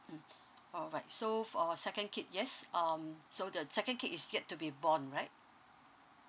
mm alright so uh second kid yes um so the second kid is yet to be born right